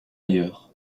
ailleurs